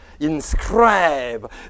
inscribe